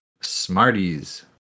Smarties